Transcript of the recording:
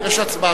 יש הצבעה שמית.